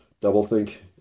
double-think